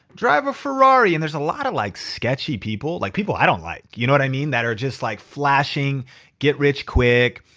drive a ferrari. and there's a lot of like sketchy people. like people i don't like. you know but i mean that are just like flashing get rich quick.